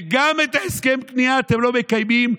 וגם את הסכם הכניעה אתם לא מקיימים.